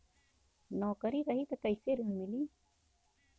नौकरी रही त कैसे ऋण मिली?